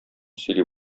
сөйли